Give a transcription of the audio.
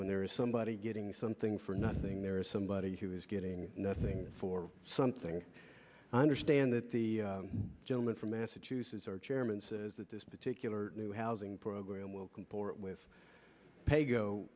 when there is somebody getting something for nothing there is somebody who is getting nothing for something i understand that the gentleman from massachusetts our chairman says that this particular new housing program will comport with paygo